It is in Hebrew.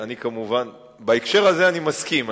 בהקשר הזה אני מסכים,